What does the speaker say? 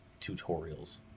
tutorials